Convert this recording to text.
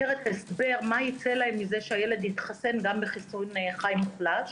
את ההסבר מה ייצא להם מזה שהילד יתחסן גם בחיסון חי מוחלש.